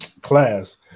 class